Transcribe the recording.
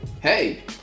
hey